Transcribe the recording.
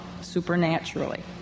supernaturally